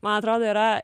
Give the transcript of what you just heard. man atrodo yra